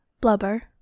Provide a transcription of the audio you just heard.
blubber